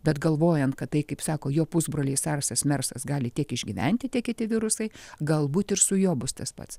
bet galvojant kad tai kaip sako jo pusbroliai sarsas mersas gali tiek išgyventi tie kiti virusai galbūt ir su juo bus tas pats